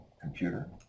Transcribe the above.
computer